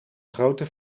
grote